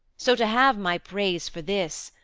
so, to have my praise for this,